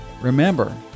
remember